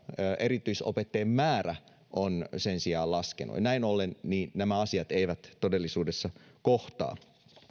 erityisopettajien määrä on sen sijaan laskenut ja näin ollen nämä asiat eivät todellisuudessa kohtaa